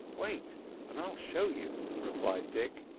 wait and i'll show you, replied dick.